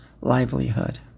livelihood